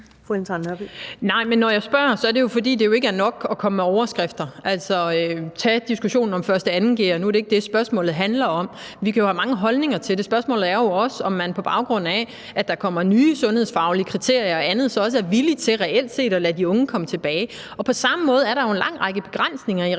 (V): Men når jeg spørger, er det jo, fordi det ikke er nok at komme med overskrifter. Altså, tag diskussionen om 1. g'ere og 2. g'ere – nu er det ikke det, spørgsmålet handler om. Vi kan jo have mange holdninger til det. Spørgsmålet er jo også, om man på baggrund af, at der kommer nye sundhedsfaglige kriterier og andet, så også er villig til reelt set at lade de unge komme tilbage. Og på samme måde er der jo en lang række begrænsninger i relation